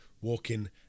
walking